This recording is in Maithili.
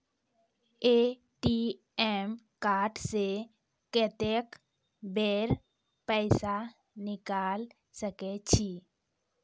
ए.टी.एम कार्ड से कत्तेक बेर पैसा निकाल सके छी?